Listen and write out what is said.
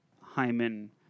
Hyman